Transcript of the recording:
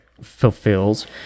fulfills